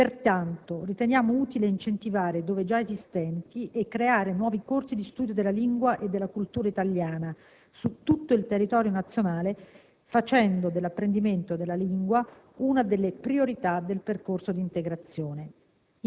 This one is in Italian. Pertanto, riteniamo utile incentivare, dove già esistenti, e creare nuovi corsi di studio della lingua e della cultura italiana su tutto il territorio nazionale, facendo dell'apprendimento della lingua italiana una delle priorità del percorso di integrazione.